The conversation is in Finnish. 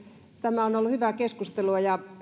tämä on ollut hyvää keskustelua ja